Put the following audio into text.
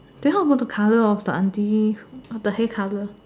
then how about the color of the auntie what about the hair color